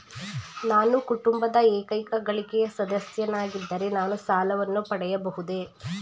ನಾನು ಕುಟುಂಬದ ಏಕೈಕ ಗಳಿಕೆಯ ಸದಸ್ಯನಾಗಿದ್ದರೆ ನಾನು ಸಾಲವನ್ನು ಪಡೆಯಬಹುದೇ?